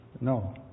No